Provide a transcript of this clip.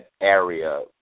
area